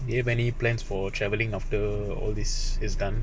you have any plans for travelling after all this is done